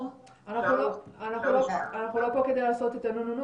אנחנו לא פה כדי לעשות את הנו נו נו,